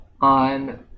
on